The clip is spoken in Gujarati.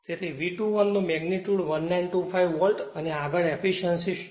તેથી V2 1 નો મેગ્નિટ્યુડ 1925 વોલ્ટ અને હવે આગળ એફીશ્યંસી છે